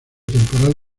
temporal